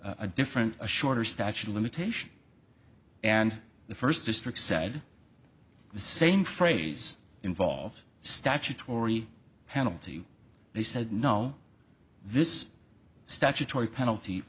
a different a shorter statute of limitation and the first district said the same phrase involved statutory penalty they said no this statutory penalty